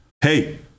Hey